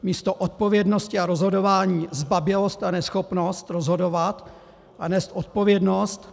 Místo odpovědnosti a rozhodování zbabělost a neschopnost rozhodovat a nést odpovědnost.